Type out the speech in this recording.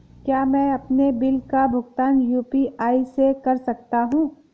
क्या मैं अपने बिल का भुगतान यू.पी.आई से कर सकता हूँ?